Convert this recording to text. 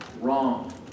wrong